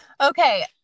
Okay